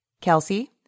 Kelsey